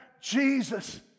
Jesus